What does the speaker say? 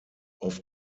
auf